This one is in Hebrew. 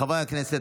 חברי הכנסת,